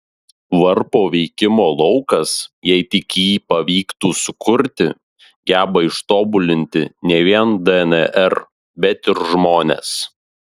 varpo veikimo laukas jei tik jį pavyktų sukurti geba ištobulinti ne vien dnr bet ir žmones